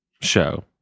show